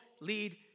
lead